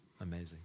Amazing